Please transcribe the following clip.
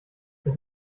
das